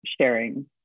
sharing